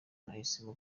nahisemo